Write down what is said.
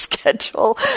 schedule